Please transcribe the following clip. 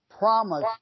promise